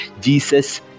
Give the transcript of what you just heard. jesus